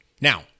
Now